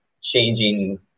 changing